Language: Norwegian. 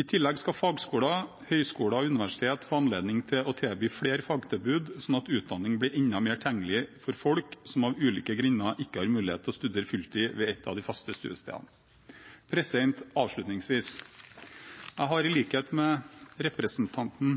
I tillegg skal fagskoler, høyskoler og universiteter få anledning til å gi flere fagtilbud, slik at utdanning blir enda mer tilgjengelig for folk som av ulike grunner ikke har mulighet til å studere fulltid ved et av de faste studiestedene. Avslutningsvis: Jeg har i likhet med representanten